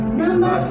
number